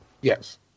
Yes